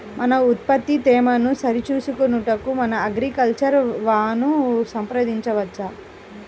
మన ఉత్పత్తి తేమను సరిచూచుకొనుటకు మన అగ్రికల్చర్ వా ను సంప్రదించవచ్చా?